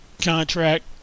contract